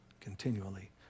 continually